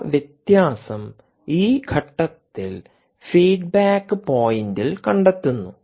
ആ വ്യത്യാസം ഈ ഘട്ടത്തിൽ ഫീഡ്ബാക്ക് പോയിന്റിൽ കണ്ടെത്തുന്നു